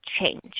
change